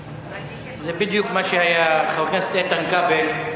זה בדיוק מה שהיה, חבר הכנסת איתן כבל.